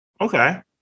okay